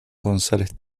gonzález